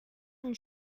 and